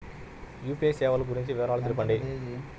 UPI సేవలు గురించి వివరాలు తెలుపండి?